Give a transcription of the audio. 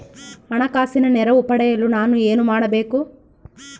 ಹಣಕಾಸಿನ ನೆರವು ಪಡೆಯಲು ನಾನು ಏನು ಮಾಡಬೇಕು?